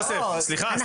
יוסף, סליחה.